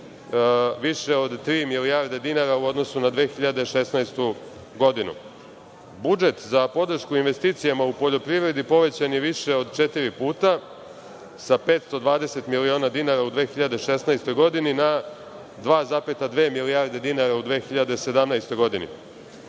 više od tri milijarde dinara u odnosu na 2016. godinu. Budžet za podršku investicijama u poljoprivredi povećan je više od četiri puta, sa 520 miliona dinara u 2016. godini na 2,2 milijarde dinara u 2017. godini.